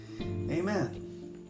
Amen